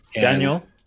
Daniel